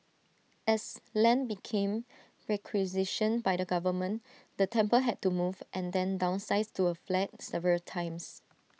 as land became requisitioned by the government the temple had to move and then downsize to A flat several times